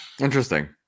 interesting